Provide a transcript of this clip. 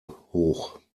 hoch